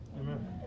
Amen